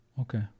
okay